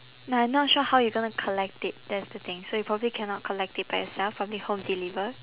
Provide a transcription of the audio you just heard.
n~ I'm not sure how you gonna collect it that's the thing so you probably cannot collect it by yourself probably home deliver